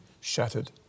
shattered